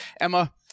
Emma